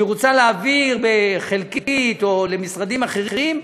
והיא רוצה להעביר חלקית או למשרדים אחרים,